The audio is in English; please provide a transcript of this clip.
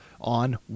on